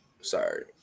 sorry